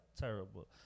terrible